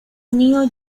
neo